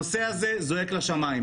הנושא הזה זועק לשמיים.